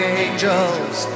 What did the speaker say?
angels